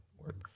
work